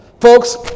Folks